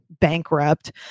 bankrupt